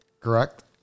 correct